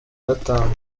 gatanu